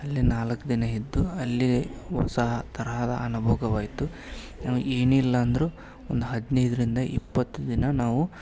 ಅಲ್ಲೇ ನಾಲ್ಕು ದಿನ ಇದ್ದು ಅಲ್ಲೇ ಹೊಸ ತರಹದ ಅನುಭವವಾಯಿತು ಏನಿಲ್ಲ ಅಂದರು ಒಂದು ಹದಿನೈದರಿಂದ ಇಪ್ಪತ್ತು ದಿನ ನಾವು